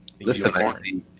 Listen